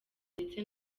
ndetse